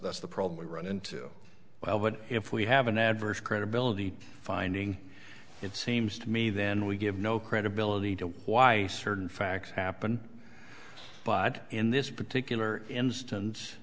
that's the problem we run into well but if we have an adverse credibility finding it seems to me then we give no credibility to why certain facts happen but in this particular instance